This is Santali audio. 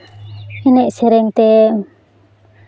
ᱮᱱᱮᱡ ᱥᱮᱨᱮᱧ ᱛᱮ